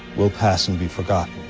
will pass and be forgotten.